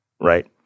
right